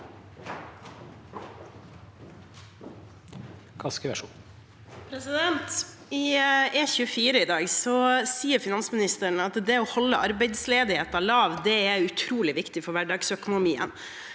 i dag sier finansministeren at det å holde arbeidsledigheten lav, er utrolig viktig for hverdagsøkonomien,